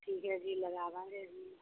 ਠੀਕ ਹੈ ਜੀ ਲਗਾ ਦਾਂਗੇ ਜੀ